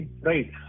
right